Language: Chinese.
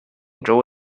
兖州